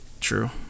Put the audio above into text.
true